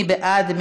מי בעד?